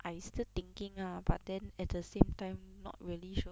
I still thinking ah but then at the same time not really sure